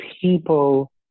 people